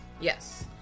Yes